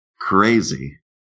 crazy